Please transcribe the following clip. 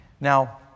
Now